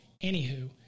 anywho